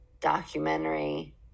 documentary